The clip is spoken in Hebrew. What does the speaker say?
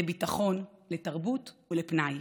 לביטחון, לתרבות ולפנאי,